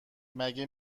مگه